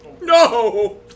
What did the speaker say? No